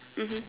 mmhmm